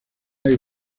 hay